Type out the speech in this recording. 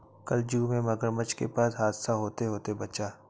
कल जू में मगरमच्छ के पास हादसा होते होते बचा